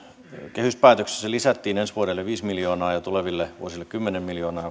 kehyspäätöksessä lisättiin ensi vuodelle viisi miljoonaa ja tuleville vuosille kymmenen miljoonaa